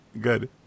Good